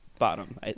bottom